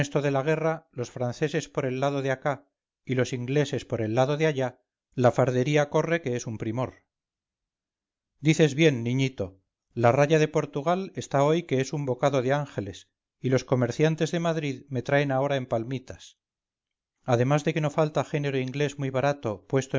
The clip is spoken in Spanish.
de la guerra los franceses por el lado de acá y los ingleses por el lado de allá la fardería corre que es un primor dices bien niñito la raya de portugal está hoy que es un bocado de ángeles y los comerciantes de madrid me traen ahora en palmitas además de que no falta género inglés muy barato puesto